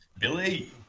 Billy